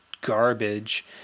garbage